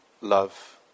love